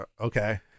okay